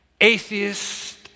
atheist